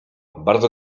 bardzo